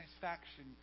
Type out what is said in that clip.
satisfaction